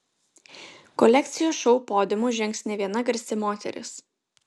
kolekcijos šou podiumu žengs ne viena garsi moteris